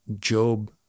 Job